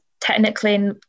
technically